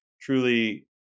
truly